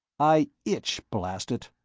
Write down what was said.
i itch, blast it!